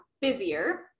busier